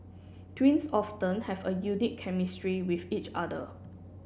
twins often have a unique chemistry with each other